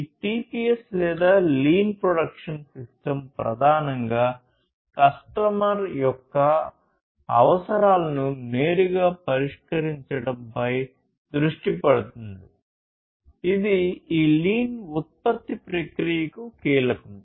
ఈ టిపిఎస్ లేదా lean production system ప్రధానంగా కస్టమర్ యొక్క అవసరాలను నేరుగా పరిష్కరించడంపై దృష్టి పెడుతుంది ఇది ఈ లీన్ ఉత్పత్తి ప్రక్రియకు కీలకం